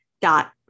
dot